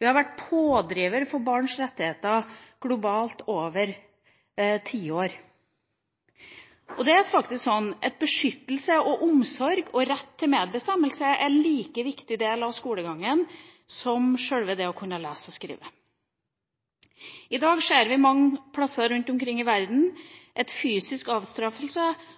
Vi har vært pådrivere for barns rettigheter globalt over tiår. Det er faktisk sånn at beskyttelse, omsorg og rett til medbestemmelse er en like viktig del av skolegangen som sjølve det å kunne lese og skrive. I dag ser vi mange steder rundt omkring i verden at fysisk avstraffelse